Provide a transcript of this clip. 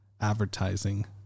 advertising